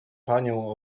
panią